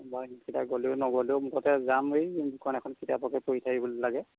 গ'লেও নগ'লেও মুঠতে যাম এই দুখন এখন কিতাপকে পঢ়ি থাকিব লাগে